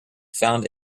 found